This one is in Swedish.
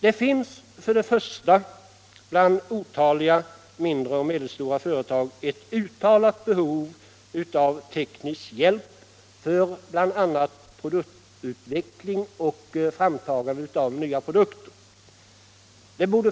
Det finns för det första bland otaliga mindre och medelstora företag ett uttalat behov av teknisk hjälp för bl.a. produktutveckling och framtagande av nya produkter.